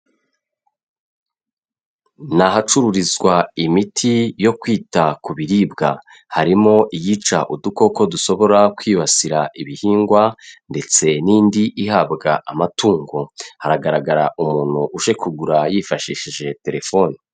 Ni ahacururizwa imiti yo kwita ku biribwa, harimo iyica udukoko dushobora kwibasira ibihingwa ndetse n'indi ihabwa amatungo, hagaragara umuntu uje kugura yifashishije telefoni.